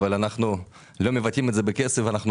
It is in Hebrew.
אבל אנחנו לא מבטאים את זה בכסף ואנחנו